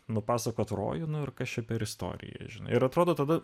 nupasakot rojų nu ir kas čia per istorija ir atrodo tada